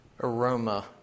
aroma